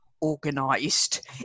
organized